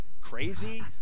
crazy